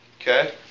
Okay